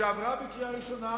שעברה בקריאה ראשונה,